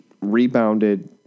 rebounded